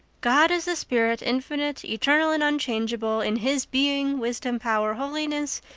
god is a spirit, infinite, eternal and unchangeable, in his being, wisdom, power, holiness,